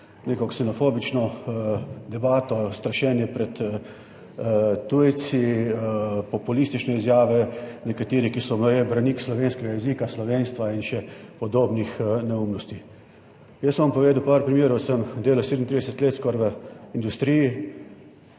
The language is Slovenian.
neko ksenofobično debato, strašenje pred tujci, populistične izjave nekaterih, ki so meje, branik slovenskega jezika, slovenstva in še podobnih neumnosti. Jaz bom povedal par primerov. Sem delal 37 let skoraj v industriji,